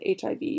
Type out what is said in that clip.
HIV